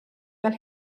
fel